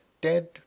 dead